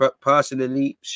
Personally